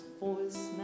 voice